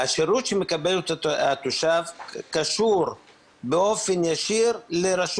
השירות שמקבל התושב קשור באופן ישיר לראש